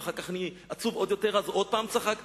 ואחר כך אני עצוב עוד יותר אז עוד פעם צחקתי,